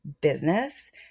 business